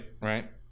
Right